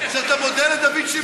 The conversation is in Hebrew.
זה לא ייאמן שאתה מודה לדוד שמרון.